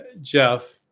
Jeff